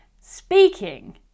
Speaking